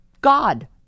God